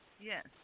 yes